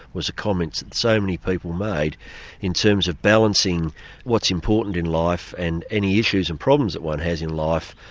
was a comment that and so many people made in terms of balancing what's important in life and any issues and problems that one has in life,